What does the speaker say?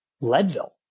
Leadville